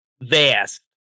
vast